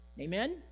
Amen